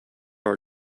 our